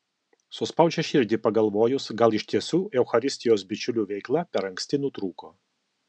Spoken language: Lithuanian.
suspaudžia širdį pagalvojus gal iš tiesų eucharistijos bičiulių veikla per anksti nutrūko